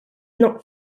not